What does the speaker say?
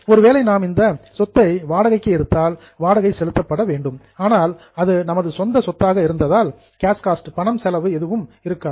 ஒருவேளை நாம் இந்த அசட் சொத்தை ரெண்ட் வாடகைக்கு எடுத்தால் வாடகை செலுத்தப்பட வேண்டும் ஆனால் அது நமது சொந்த சொத்தாக இருந்தால் கேஷ் காஸ்ட் பணம் செலவு இருக்காது